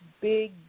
big